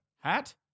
hat